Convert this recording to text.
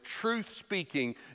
truth-speaking